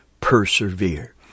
persevere